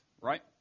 right